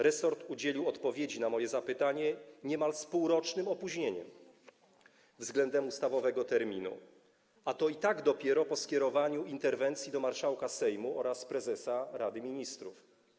Resort udzielił odpowiedzi na moje zapytanie niemal z półrocznym opóźnieniem względem ustawowego terminu, a to i tak dopiero po skierowaniu interwencji do marszałka Sejmu oraz prezesa Rady Ministrów.